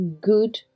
good